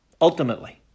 ultimately